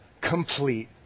complete